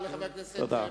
תודה לחבר הכנסת מוזס.